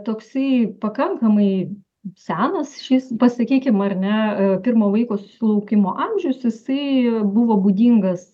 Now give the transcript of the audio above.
toksai pakankamai senas šis pasakykim ar ne pirmo vaiko susilaukimo amžius jisai buvo būdingas